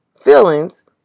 feelings